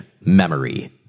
memory